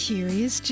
Curious